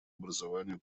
образованию